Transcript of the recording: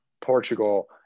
Portugal